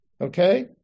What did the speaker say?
okay